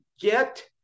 get